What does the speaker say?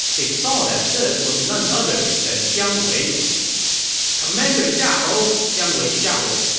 they saw that this was none other than jiang wei commander xiahou, jiang wei shouted,